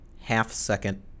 half-second